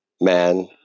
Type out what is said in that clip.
man